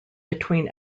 between